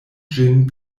ĝin